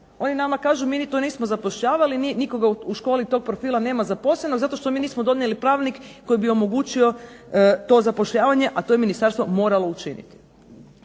Oni to kaže, nismo to zapošljavali, nikoga u školi tog profila nema zaposlenog zato što mi nismo donijeli pravilnik koji bi omogućio to zapošljavanje a to je Ministarstvo moralo učiniti.